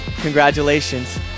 congratulations